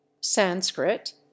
sanskrit